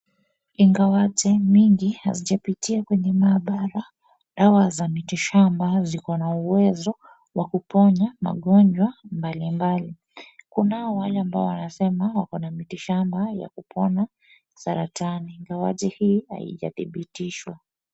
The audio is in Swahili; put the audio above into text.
Ingawaje mingi hazijapitia kwenye maabara dawa za mitishamba ziko na uwezo wa kuponya magonjwa mbalimbali. Kunao wale ambao wanasema wako na mitishamba ya kupona saratani ingawaje hii haijadhibitishwa.